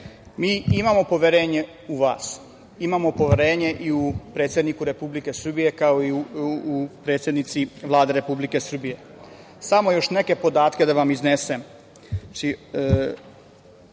mi imamo poverenje u vas, imamo poverenje i u predsednika Republike Srbije, kao i u predsednicu Vlade Republike Srbije. Samo još neke podatke da vam iznesem. U